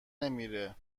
نمیره